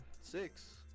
Six